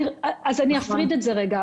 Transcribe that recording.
אני אפריד את זה רגע.